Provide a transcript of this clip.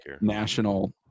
national –